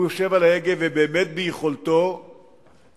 והוא יושב על ההגה, ובאמת ביכולתו להחליט